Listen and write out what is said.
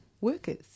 workers